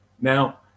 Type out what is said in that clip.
now